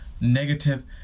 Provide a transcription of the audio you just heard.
negative